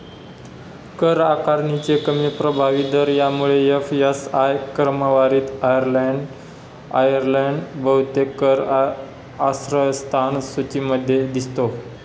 कर आकारणीचे कमी प्रभावी दर यामुळे एफ.एस.आय क्रमवारीत आयर्लंड बहुतेक कर आश्रयस्थान सूचीमध्ये दिसतो